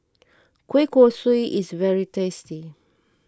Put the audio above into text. Kueh Kosui is very tasty